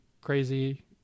crazy